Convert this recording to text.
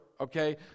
okay